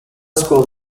school